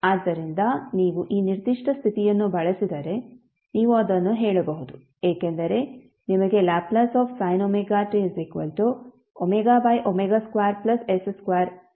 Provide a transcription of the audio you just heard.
ಆದ್ದರಿಂದ ನೀವು ಈ ನಿರ್ದಿಷ್ಟ ಸ್ಥಿತಿಯನ್ನು ಬಳಸಿದರೆ ನೀವು ಅದನ್ನು ಹೇಳಬಹುದು ಏಕೆಂದರೆ ನಿಮಗೆ Lsin ωt 2s2 ತಿಳಿದಿದೆ